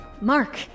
Mark